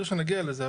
נסביר כשנגיע לזה.